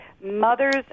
mothers